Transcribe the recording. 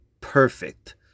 perfect